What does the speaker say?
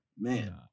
man